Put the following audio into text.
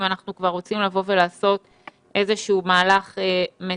אם אנחנו כבר רוצים לבוא ולעשות איזשהו מהלך מתכלל.